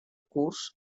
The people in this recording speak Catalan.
curs